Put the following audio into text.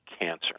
cancer